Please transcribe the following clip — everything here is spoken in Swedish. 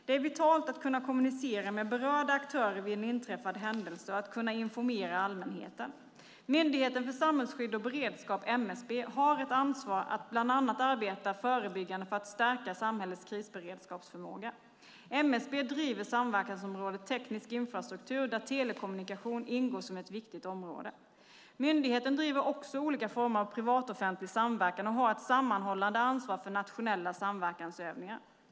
Det är vitalt att kunna kommunicera med berörda aktörer vid en inträffad händelse och att kunna informera allmänheten. Myndigheten för samhällsskydd och beredskap, MSB, har ett ansvar att bland annat arbeta förebyggande för att stärka samhällets krisberedskapsförmåga. MSB driver samverkansområdet teknisk infrastruktur där telekommunikation ingår som ett viktigt område. Myndigheten driver också olika former av privat-offentlig samverkan och har ett sammanhållande ansvar för nationella samverkansövningar.